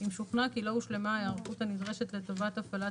אם שוכנע כי לא הושלמה ההיערכות הנדרשת לטובת הפעלת